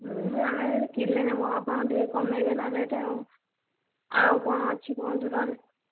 ହୁଁ ଆମେ ଏମିତି କିଲେ ନେବୁ ଆପଣ ଟିକିଏ କମେଇବେ ନା ରେଟ୍ ଆଉ ଆଉ କ'ଣ ଅଛି କୁହନ୍ତୁ ନହେଲେ